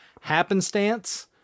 happenstance